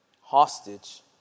hostage